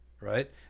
right